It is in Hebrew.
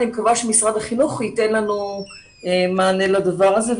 אני מקווה שמשרד החינוך ייתן לנו מענה לדבר הזה,